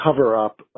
cover-up